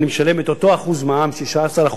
אני משלם את אותו אחוז מע"מ, 16%,